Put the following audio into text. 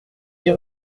dix